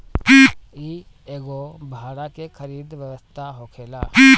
इ एगो भाड़ा के खरीद व्यवस्था होखेला